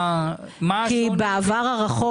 כי בעבר הרחוק,